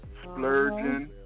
Splurging